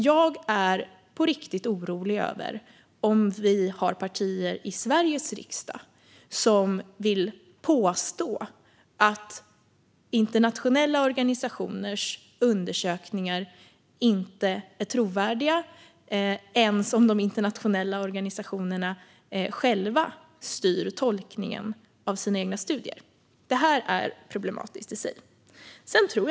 Jag är på riktigt orolig över om vi har partier i Sveriges riksdag som vill påstå att internationella organisationers undersökningar inte är trovärdiga, inte ens om de internationella organisationerna själva styr tolkningen av sina egna studier. Det är problematiskt i sig. Fru talman!